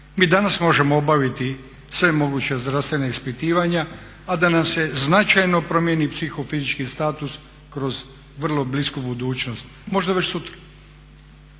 Mi danas možemo obaviti sva moguća zdravstvena ispitivanja a da nam se značajno promijeni psiho fizički status kroz vrlo blisku budućnost možda već sutra.